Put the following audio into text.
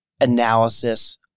analysis